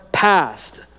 past